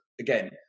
again